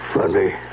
Funny